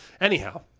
Anyhow